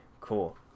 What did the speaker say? cool